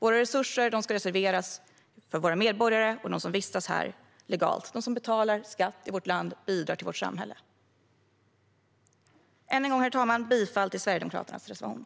Våra resurser ska reserveras för våra medborgare och för dem som vistas här legalt - de som betalar skatt i vårt land och bidrar i vårt samhälle. Än en gång, herr talman: Jag yrkar bifall till Sverigedemokraternas reservation.